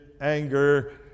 anger